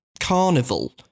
carnival